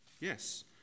Yes